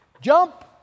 Jump